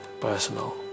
personal